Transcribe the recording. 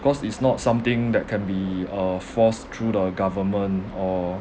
cause it's not something that can be uh forced through the government or